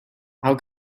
how